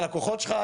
הלקוחות שלך,